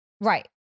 Right